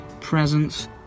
Presents